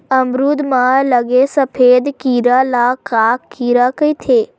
अमरूद म लगे सफेद कीरा ल का कीरा कइथे?